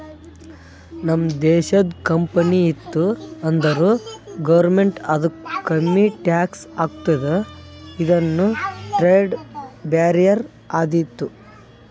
ನಮ್ದು ದೇಶದು ಕಂಪನಿ ಇತ್ತು ಅಂದುರ್ ಗೌರ್ಮೆಂಟ್ ಅದುಕ್ಕ ಕಮ್ಮಿ ಟ್ಯಾಕ್ಸ್ ಹಾಕ್ತುದ ಇದುನು ಟ್ರೇಡ್ ಬ್ಯಾರಿಯರ್ ಆತ್ತುದ